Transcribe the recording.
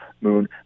Moon